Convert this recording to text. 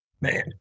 Man